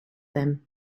them